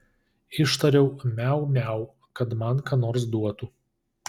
ištariau miau miau kad man ką nors duotų